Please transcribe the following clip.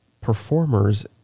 performers